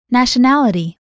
Nationality